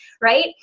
right